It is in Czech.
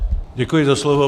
Děkuji za slovo.